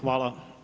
Hvala.